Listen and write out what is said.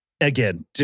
again